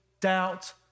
doubt